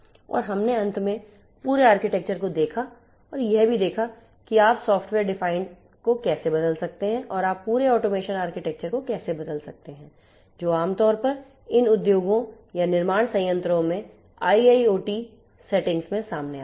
और हमने अंत में पूरे आर्किटेक्चर को देखा और यह भी देखा कि आप सॉफ्टवेयर डिफाइंड को कैसे बदल सकते हैं आप पूरे ऑटोमेशन आर्किटेक्चर को कैसे बदल सकते हैं जो आम तौर पर इन उद्योगों या निर्माण संयंत्रों में आईआईओटी सेटिंग्स में सामने आता है